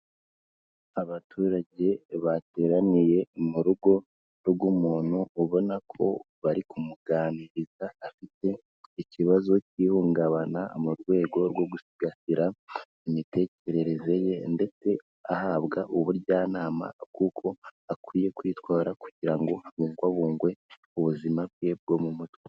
Abaturage bateraniye mu rugo rw'umuntu ubona ko bari kumuganiriza, afite ikibazo cy'ihungabana mu rwego rwo gusigasira imitekerereze ye ndetse ahabwa ubujyanama bw'uko akwiye kwitwara kugira ngo habungwabungwe ubuzima bwe bwo mu mutwe.